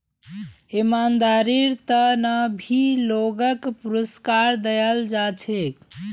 ईमानदारीर त न भी लोगक पुरुस्कार दयाल जा छेक